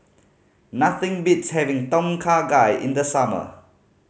nothing beats having Tom Kha Gai in the summer